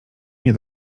nie